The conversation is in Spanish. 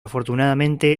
afortunadamente